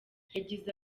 yagize